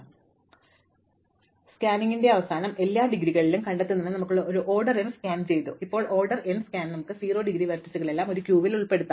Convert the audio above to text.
അതിനാൽ ഈ സ്കാനിന്റെ അവസാനം എല്ലാ ഡിഗ്രികളിലും കണ്ടെത്തുന്നതിന് ഞങ്ങൾ ഒരു ഓർഡർ എം സ്കാൻ ചെയ്തു ഇപ്പോൾ ഒരു ഓർഡർ എൻ സ്കാൻ നമുക്ക് 0 ഡിഗ്രി വെർട്ടീസുകളെല്ലാം ഒരു ക്യൂവിൽ ഉൾപ്പെടുത്താം